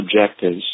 objectives